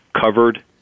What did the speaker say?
covered